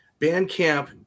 Bandcamp